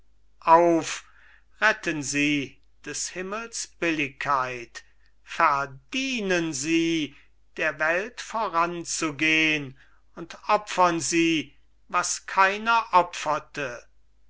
auf retten sie des himmels billigkeit verdienen sie der welt voranzugehn und opfern sie was keiner opferte